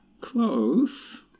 Close